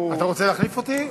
אתה רוצה להחליף אותי?